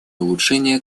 улучшения